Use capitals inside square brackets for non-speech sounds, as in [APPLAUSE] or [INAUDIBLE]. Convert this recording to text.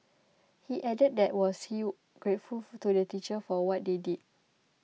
he added that was he grateful [NOISE] to the teachers for what they did